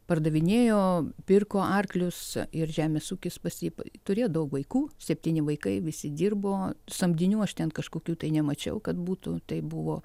pardavinėjo pirko arklius ir žemės ūkis pas jį turėjo daug vaikų septyni vaikai visi dirbo samdinių aš ten kažkokių tai nemačiau kad būtų tai buvo